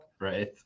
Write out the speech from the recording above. Right